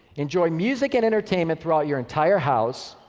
enjoy music and entertainment throughout your entire house,